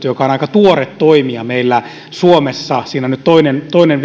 joka on aika tuore toimija meillä suomessa siinä on nyt toinen toinen